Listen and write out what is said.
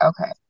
okay